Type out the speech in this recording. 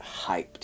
hyped